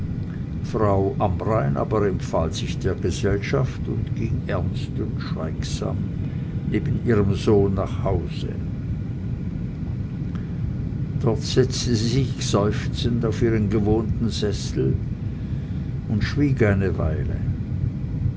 frau amrein aber empfahl sich der gesellschaft und ging ernst und schweigsam neben ihrem sohne nach hause dort setzte sie sich seufzend auf ihren gewohnten sessel und schwieg eine weile